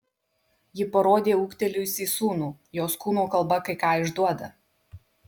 ji parodė ūgtelėjusį sūnų jos kūno kalba kai ką išduoda